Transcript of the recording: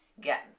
get